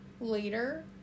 later